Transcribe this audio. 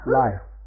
life